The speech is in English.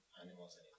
Animals